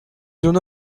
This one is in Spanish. uno